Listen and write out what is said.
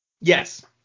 Yes